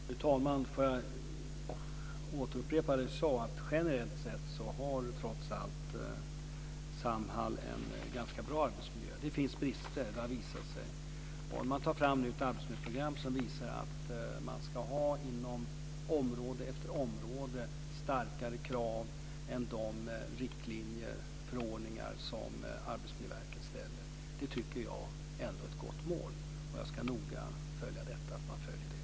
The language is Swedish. Fru talman! Jag vill återupprepa vad jag tidigare sade. Generellt sett har Samhall en ganska bra arbetsmiljö, men det har visat sig att det finns brister. Man tar nu fram ett arbetsmiljöprogram. Man ska på område efter område ha starkare krav än enligt de riktlinjer och förordningar som Arbetsmiljöverket har. Det tycker jag är ett gott mål. Jag ska noga följa att man följer det.